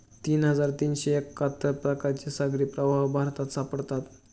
तीन हजार तीनशे एक्काहत्तर प्रकारचे सागरी प्रवाह भारतात सापडतात